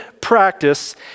practice